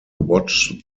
watch